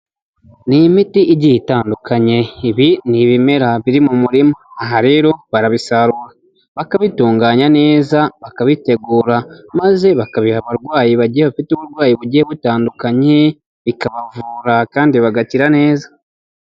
Ni imiti igiye itandukanye ibi ni ibimera biri mu murima aha rero barabisarura bakabitunganya neza bakabitegura, maze bakabiha abarwayi bagiye bafite uburwayi bugiye butandukanye bikabavura kandi bagakira neza.